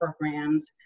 programs